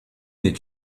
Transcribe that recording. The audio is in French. est